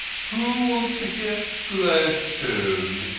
who wants to hear gladstone?